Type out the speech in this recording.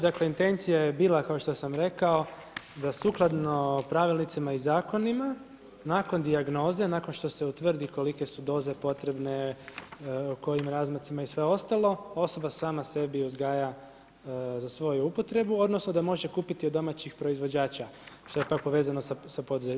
Dakle intencija je bila kao što sam rekao da sukladno pravilnicima i zakonima nakon dijagnoze, nakon što se utvrdi kolike su doze potrebne u kojim razmacima i sve ostalo, osoba sama sebi uzgaja za svoju upotrebu odnosno da može kupiti od domaćih proizvođača što je pak povezano za